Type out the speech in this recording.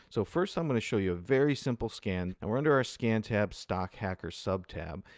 so first, i'm going to show you a very simple scan. and we're under our scan tab stock hacker sub-tab.